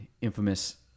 infamous